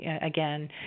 again